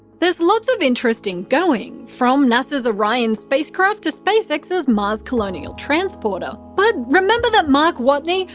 there's lot of interest in going, from nasa's orion spacecraft to spacex's mars colonial transporter, but remember that mark watney,